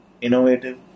innovative